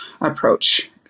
approach